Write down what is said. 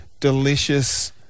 delicious